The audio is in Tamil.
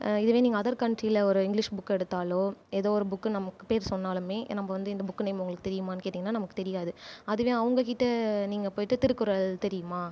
இதுவே நீங்கள் அதர் கண்ட்ரியில் ஒரு இங்கிலீஷ் புக் எடுத்தாலோ ஏதோ ஒரு புக்கு நமக்கு பேர் சொன்னாலுமே நம்ம வந்து இந்த புக் நேம் உங்களுக்கு தெரியுமான்னு கேட்டீங்கன்னா நமக்கு தெரியாது அதுவே அவங்ககிட்ட நீங்கள் போயிட்டு திருக்குறள் தெரியுமா